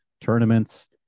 tournaments